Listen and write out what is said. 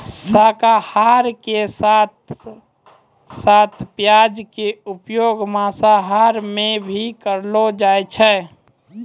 शाकाहार के साथं साथं प्याज के उपयोग मांसाहार मॅ भी करलो जाय छै